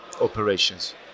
operations